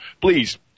please